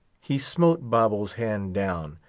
he smote babo's hand down,